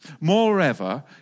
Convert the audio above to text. Moreover